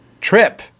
trip